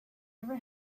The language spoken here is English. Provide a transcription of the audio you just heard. never